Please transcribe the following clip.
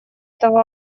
этого